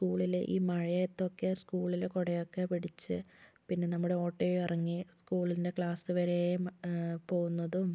സ്കൂളിൽ ഈ മഴയത്തൊക്കെ സ്കൂളിൽ കുടയൊക്കെ പിടിച്ച് പിന്നെ നമ്മുടെ ഓട്ടോയും ഇറങ്ങി സ്കൂളിൻ്റെ ക്ലാസ് വരെ പോകുന്നതും